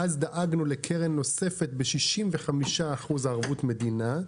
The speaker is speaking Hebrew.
אבל אז דאגנו לקרן נוספת ב-65% ערבות מדינה,